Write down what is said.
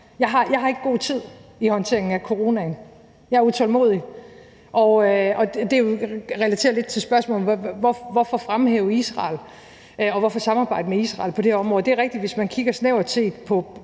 Jeg har ikke god tid i håndteringen af coronaen. Jeg er utålmodig, og det relaterer sig lidt til spørgsmålet: Hvorfor fremhæve Israel, og hvorfor samarbejde med Israel på det område? Det er rigtigt, at hvis man kigger snævert på